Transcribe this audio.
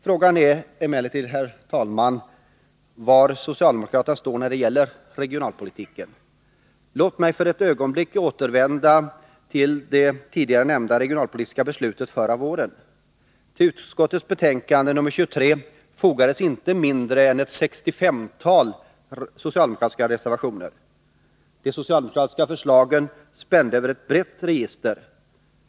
Frågan är emellertid, herr talman, var socialdemokraterna står när det gäller regionalpolitiken. Låt mig för ett ögonblick återvända till det tidigare nämnda regionalpolitiska beslutet förra våren. Till arbetsmarknadsutskottets betänkande 1981/82:23 fogades inte mindre än ett sextiofemtal socialdemokratiska reservationer. De socialdemokratiska förslagen spände över ett brett register.